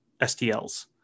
STLs